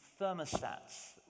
thermostats